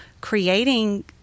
creating